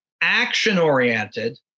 action-oriented